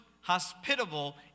hospitable